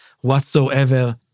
whatsoever